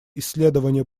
исследования